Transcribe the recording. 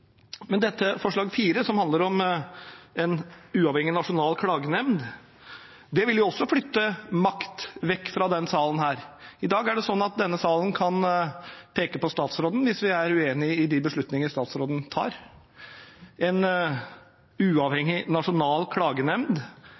Men forslaget om en uavhengig, nasjonal klagenemnd vil også flytte makt vekk fra denne salen. I dag er det sånn at denne salen kan peke på statsråden hvis vi er uenig i de beslutninger statsråden tar. En uavhengig, nasjonal klagenemnd